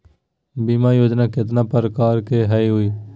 बीमा योजना केतना प्रकार के हई हई?